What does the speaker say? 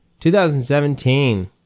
2017